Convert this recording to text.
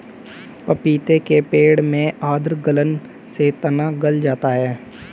पपीते के पेड़ में आद्र गलन से तना गल जाता है